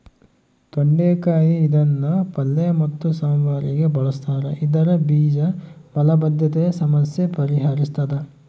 ತೊಂಡೆಕಾಯಿ ಇದನ್ನು ಪಲ್ಯ ಮತ್ತು ಸಾಂಬಾರಿಗೆ ಬಳುಸ್ತಾರ ಇದರ ಬೀಜ ಮಲಬದ್ಧತೆಯ ಸಮಸ್ಯೆ ಪರಿಹರಿಸ್ತಾದ